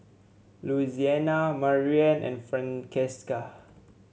Louisiana Maryann and Francesca